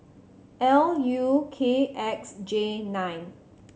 L U K X J nine